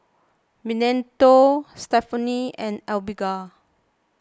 Benito Stephaine and Abigail